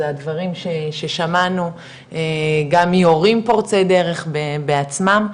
זה הדברים ששמענו גם מהורים פורצי דרך בעצמם,